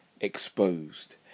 Exposed